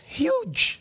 huge